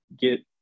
get –